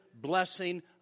blessing